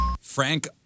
Frank